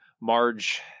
Marge